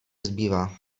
zbývá